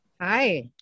Hi